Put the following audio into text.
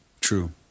True